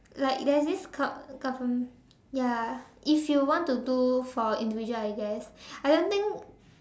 like there's this gov~ government ya if you want to do for individual I guess I don't think